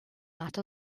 out